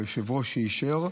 ליושב-ראש שאישר,